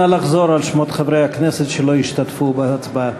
נא לחזור על שמות חברי הכנסת שלא השתתפו בהצבעה.